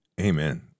Amen